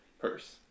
purse